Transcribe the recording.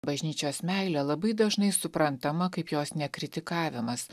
bažnyčios meilė labai dažnai suprantama kaip jos nekritikavimas